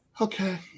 okay